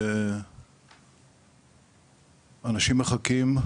שאנשים מחכים,